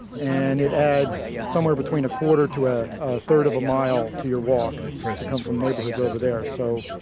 and it adds somewhere between a quarter to a third of a mile to your walk to come from neighborhoods over there. so,